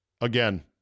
Again